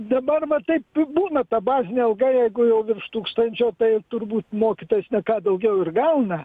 dabar va taip ir būna ta bazinė alga jeigu jau virš tūkstančio tai turbūt mokytojas ne ką daugiau ir gauna